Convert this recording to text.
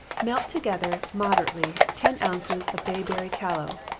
melt together, moderately, ten ounces of bayberry tallow,